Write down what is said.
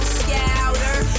scouter